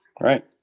right